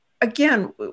again